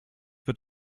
wird